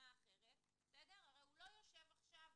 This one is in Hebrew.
הוא הרי לא רואה את השידורים.